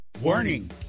Warning